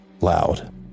loud